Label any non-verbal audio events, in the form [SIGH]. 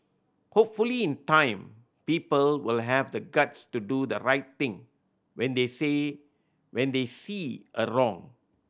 hopefully in time people will have the guts to do the right thing when they [UNINTELLIGIBLE] when they see a wrong